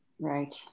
Right